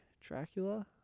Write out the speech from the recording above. Dracula